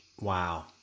wow